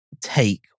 take